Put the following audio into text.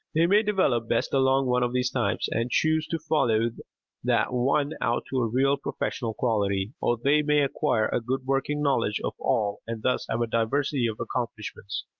they may develop best along one of these types, and choose to follow that one out to a real professional quality, or they may acquire a good working knowledge of all and thus have a diversity of accomplishments.